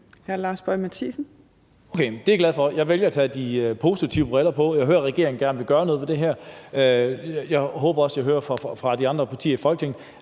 Jeg vælger at tage de positive briller på; jeg hører, at regeringen gerne vil gøre noget ved det her. Jeg håber også, at jeg hører fra de andre partier i Folketinget,